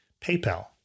PayPal